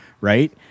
right